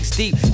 deep